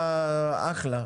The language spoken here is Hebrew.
אתה אחלה.